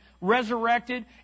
resurrected